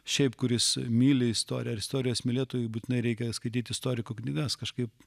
šiaip kuris myli istoriją ar istorijos mylėtojui būtinai reikia skaityti istorikų knygas kažkaip